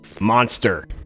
monster